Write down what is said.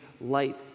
light